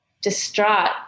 distraught